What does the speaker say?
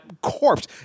corpse